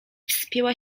wspięła